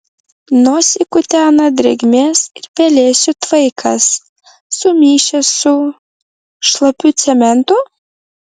nosį kutena drėgmės ir pelėsių tvaikas sumišęs su šlapiu cementu